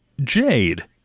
Jade